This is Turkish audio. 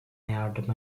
yardım